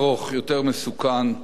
לאין-ערוך יותר מורכב,